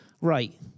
Right